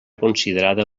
considerada